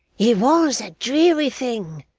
it was a dreary thing,